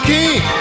King